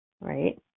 right